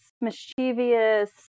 mischievous